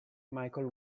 michael